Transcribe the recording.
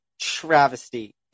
travesty